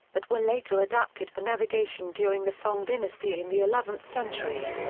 but were later adapted for navigation during the song dynasty in the eleventh century.